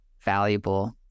valuable